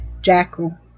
jackal